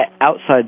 outside